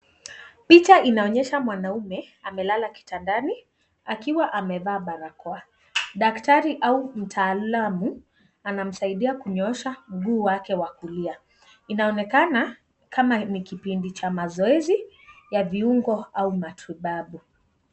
Picha inaonyesha mwanamume amelala kitandani akiwa amevaa barakoa. Daktari au mtaalamu anamsaidia kunyoosha mguu wake wa kulia. Inaonekana kama ni kipindi cha mazoezi ya viungo au matibabu.